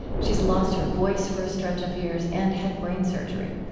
she's lost her voice for a stretch of years and had brain surgery.